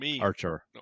Archer